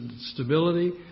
stability